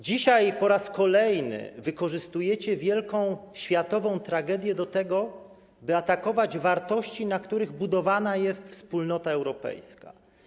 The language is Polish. Dzisiaj po raz kolejny wykorzystujecie wielką światową tragedię do tego, by atakować wartości, na których budowana jest Wspólnota Europejska.